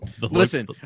listen